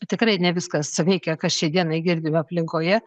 tikrai ne viskas veikia kas šiai dienai girdim aplinkoje